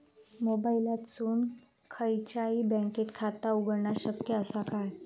मोबाईलातसून खयच्याई बँकेचा खाता उघडणा शक्य असा काय?